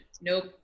Nope